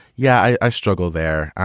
yeah i i struggle there.